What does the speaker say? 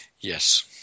Yes